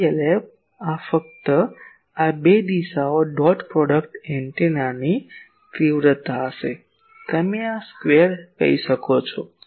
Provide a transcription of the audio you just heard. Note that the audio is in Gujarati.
PLF ફક્ત આ 2 દિશાઓ ડોટ પ્રોડક્ટ એન્ટેનાની તીવ્રતા હશે તમે આ સ્ક્વેર કહી શકો છો